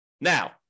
Now